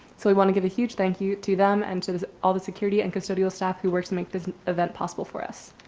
so we wanna give a huge thank you to them and to the all the security and custodial staff who worked to make this event possible for us.